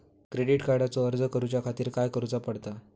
Credit कार्डचो अर्ज करुच्या खातीर काय करूचा पडता?